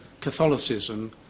Catholicism